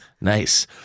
nice